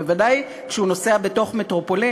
בוודאי כשהוא נוסע בתוך מטרופולין.